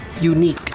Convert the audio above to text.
unique